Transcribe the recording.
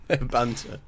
banter